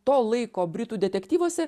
to laiko britų detektyvuose